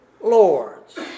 lords